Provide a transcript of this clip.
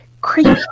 creepy